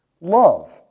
Love